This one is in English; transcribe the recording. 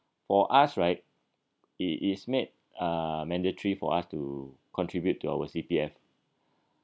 for us right it is made uh mandatory for us to contribute to our C_P_F